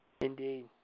Indeed